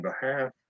behalf